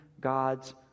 God's